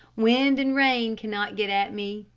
wind and rain cannot get at me,